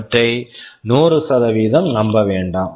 அவற்றை 100 நம்ப வேண்டாம்